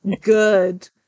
good